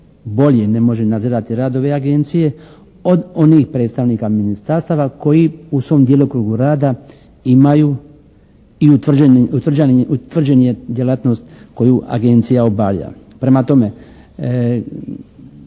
bolji ne može nadzirati radove agencije od onih predstavnika ministarstava koji u svom djelokrugu rada imaju i utvrđen je djelatnost koju agencija obavlja. Prema tome,